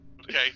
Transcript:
Okay